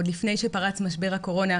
עוד לפני שפרץ משבר הקורונה,